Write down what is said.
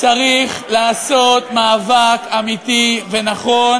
צריך לעשות מאבק אמיתי ונכון,